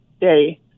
day